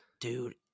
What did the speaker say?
Dude